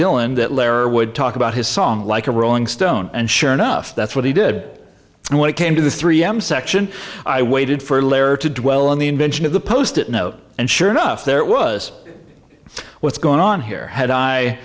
dylan that lehrer would talk about his song like a rolling stone and sure enough that's what he did and when it came to the three am section i waited for lehrer to dwell on the invention of the post it note and sure enough there was what's going on here had i